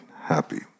happy